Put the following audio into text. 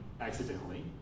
accidentally